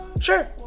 sure